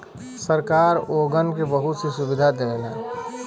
सरकार ओगन के बहुत सी सुविधा देवला